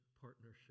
partnership